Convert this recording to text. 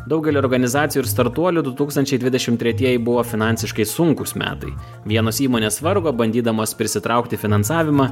daugeliui organizacijų ir startuolių du tūkstančiai dvidešimt tretieji buvo finansiškai sunkūs metai vienos įmonės vargo bandydamos prisitraukti finansavimą